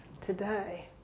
today